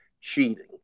cheating